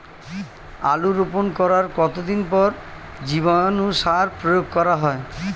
আলু রোপণ করার কতদিন পর জীবাণু সার প্রয়োগ করা হয়?